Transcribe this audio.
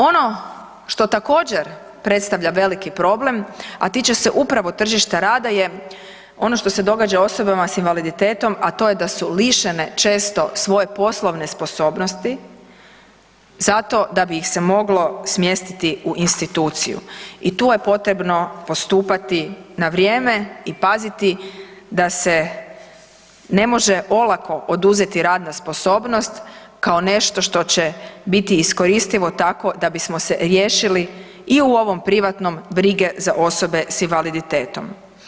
Ono što također predstavlja veliki problem, a tiče se upravo tržišta rada je ono što se događa osobama s invaliditetom a to je da su lišene često svoje poslovne sposobnosti zato da bi ih se moglo smjestiti u instituciju i tu je potrebno postupati na vrijeme i paziti da se ne može olako oduzeti radna sposobnost kao nešto što će biti iskoristivo tako da bismo se riješili i u ovom privatnom brige za osobe s invaliditetom.